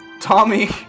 Tommy